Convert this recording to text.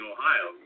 Ohio